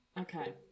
Okay